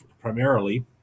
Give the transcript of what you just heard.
primarily